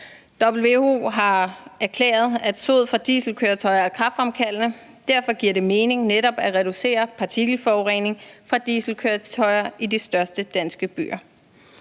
WHO har erklæret, at sod fra dieselkøretøjer er kræftfremkaldende, og derfor giver det mening netop at reducere partikelforureningen fra dieselkøretøjer i de største danske byer.